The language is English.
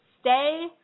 stay